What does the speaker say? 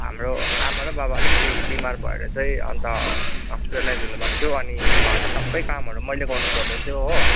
हाम्रो आमा र बाबा अलिकति बिमार भएर चाहिँ अन्त हस्पिटलाइज हुनु भएको थियो अनि घरमा सबै कामहरू मैले गर्नु पर्दैथ्यो हो